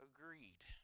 Agreed